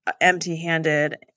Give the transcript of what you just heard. empty-handed